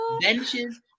Benches